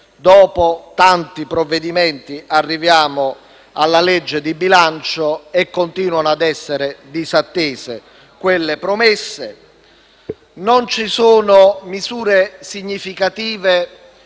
dopo tanti provvedimenti, arriviamo alla legge di bilancio e continuano ad essere disattese quelle promesse. Non ci sono misure significative